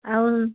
ଆଉ